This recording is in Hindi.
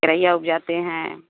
तुरइयाँ उपजाते हैं